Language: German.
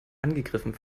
angegriffen